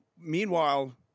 meanwhile –